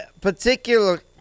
particular